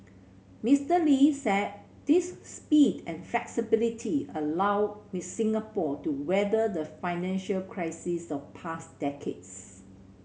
Mister Lee said this speed and flexibility allowed Singapore to weather the financial crises of past decades